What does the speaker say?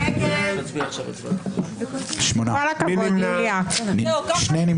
הצבעה לא אושרו.